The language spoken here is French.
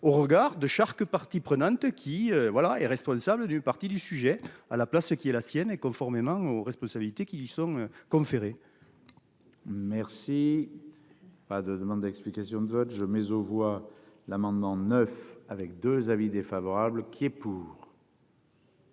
au regard de chars que partie prenante qui voilà et responsable du parti du sujet à la place qui est la sienne et conformément aux responsabilités qui lui sont comme Ferré. Merci. Pas de demande d'explication de vote je mais aux voix l'amendement 9 avec 2 avis défavorable qui est pour.